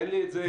נחום,